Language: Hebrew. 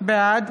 בעד